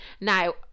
Now